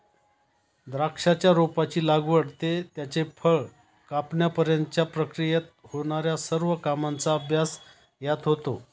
द्राक्षाच्या रोपाची लागवड ते त्याचे फळ कापण्यापर्यंतच्या प्रक्रियेत होणार्या सर्व कामांचा अभ्यास यात होतो